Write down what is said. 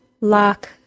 lock